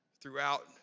throughout